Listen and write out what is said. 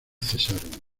cesaron